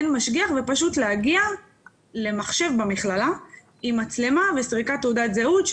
ופשוט להגיע למחשב במכללה עם מצלמה וסריקת תעודת זהות,